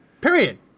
Period